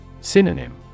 Synonym